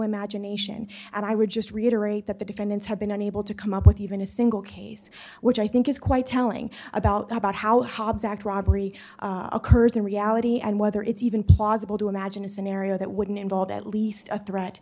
imagination and i would just reiterate that the defendants have been unable to come up with even a single case which i think is quite telling about how hobbs act robbery occurs in reality and whether it's even plausible to imagine a scenario that wouldn't involve at least a threat